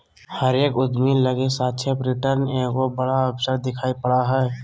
हरेक उद्यमी लगी सापेक्ष रिटर्न एगो बड़ा अवसर दिखाई पड़ा हइ